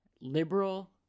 liberal